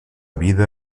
vida